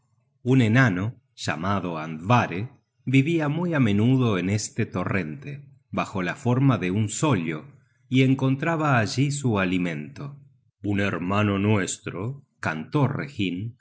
un enano llamado andvare vivia muy á menudo en este torrente bajo la forma de un sollo y encontraba allí su alimento un hermano nuestro cantó reginn